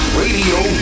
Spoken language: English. Radio